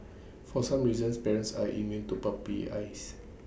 for some reasons parents are immune to puppy eyes